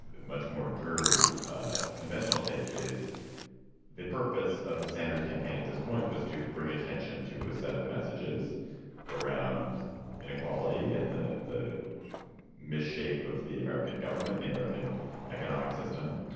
much more dreary ah conventional take is the purpose of the sanders campaign at this point was to bring attention to a set of messages around inequality and the the mis shape of the american government in the american economic system.